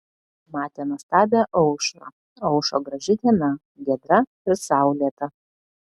matė nuostabią aušrą aušo graži diena giedra ir saulėta